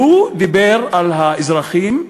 והוא דיבר על האזרחים,